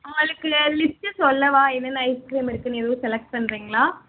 உங்களுக்கு லிஸ்ட்டு சொல்லவா என்னென்ன ஐஸ்க்ரீம் இருக்குன்னு எதுவும் செலக்ட் பண்ணுறிங்களா